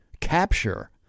capture